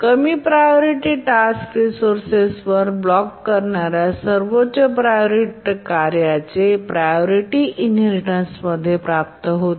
कमी priority task resources वर block करणार्या सर्वोच्च प्रायोरिटी कार्याचे प्रायोरिटी इनहेरिटेन्समध्ये प्राप्त होते